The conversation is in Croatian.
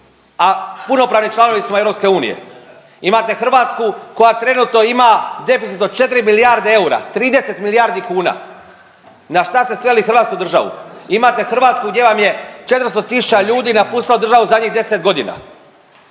a punopravni članovi smo EU. Imate Hrvatsku koja trenutno ima deficit od 4 milijarde eura, 30 milijardi kuna, na šta ste sveli hrvatsku državu. Imate Hrvatsku gdje vam je 400 tisuća ljudi napustilo državu u zadnjih 10.g..